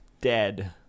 dead